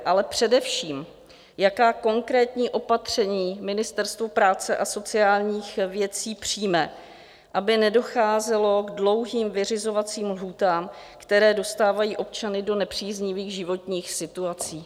Ale především, jaká konkrétní opatření Ministerstvo práce a sociálních věcí přijme, aby nedocházelo k dlouhým vyřizovacím lhůtám, které dostávají občany do nepříznivých životních situací?